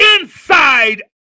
Inside